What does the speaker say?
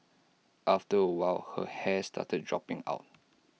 after A while her hair started dropping out